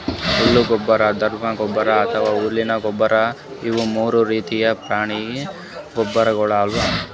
ಹೊಲ್ದ ಗೊಬ್ಬರ್, ದ್ರವ ಗೊಬ್ಬರ್ ಮತ್ತ್ ಹುಲ್ಲಿನ ಗೊಬ್ಬರ್ ಇವು ಮೂರು ರೀತಿದ್ ಪ್ರಾಣಿ ಗೊಬ್ಬರ್ಗೊಳ್ ಅವಾ